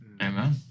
Amen